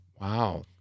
Wow